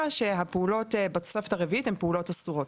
שהפעולות בתוספת הרביעית הן פעולות אסורות.